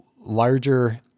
larger